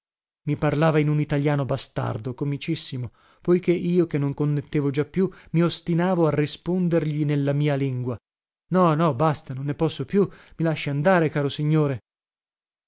i parlava in un italiano bastardo comicissimo poiché io che non connettevo già più mi ostinavo a rispondergli nella mia lingua no no basta non ne posso più i lasci andare caro signore